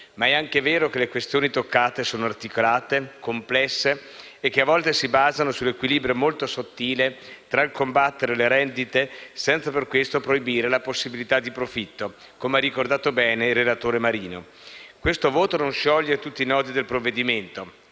ma è anche vero che le questioni toccate sono articolate, complesse e che a volte si basano sull'equilibrio molto sottile tra il combattere le rendite senza per questo proibire la possibilità di profitto, come ha ricordato bene il relatore Luigi Marino. Questo voto non scioglie tutti i nodi del provvedimento,